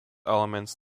elements